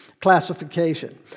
classification